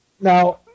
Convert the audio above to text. Now